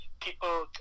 people